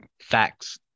Facts